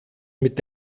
mit